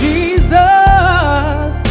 Jesus